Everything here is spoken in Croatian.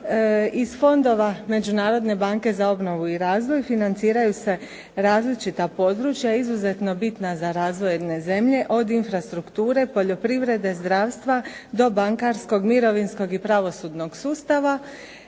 Iz fondova Međunarodne banke za obnovu i razvoj financiraju se različita područja izuzetno bitna za razvoj jedne zemlje od infrastrukture, poljoprivrede, zdravstva do bankarskog, mirovinskog i pravosudnog sustava.